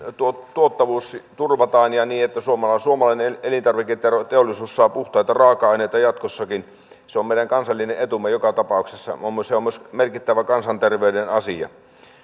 tuottavuus turvataan niin että suomalainen elintarviketeollisuus saa puhtaita raaka aineita jatkossakin se on meidän kansallinen etumme joka tapauksessa mutta se on myös merkittävä kansanterveyden asia